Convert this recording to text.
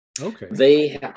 Okay